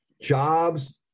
jobs